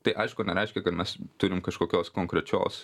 tai aišku nereiškia kad mes turim kažkokios konkrečios